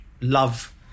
love